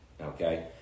okay